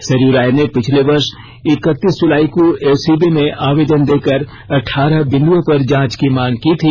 सरयू राय ने पिछले वर्ष इकर्तीस जुलाई को एसीबी में आवेदन देकर अठारह बिन्दुओं पर जांच की मांग की थी